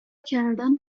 کردن